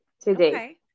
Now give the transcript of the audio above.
Today